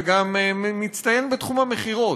וגם מצטיין בתחום המכירות,